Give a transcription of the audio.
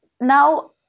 now